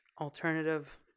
alternative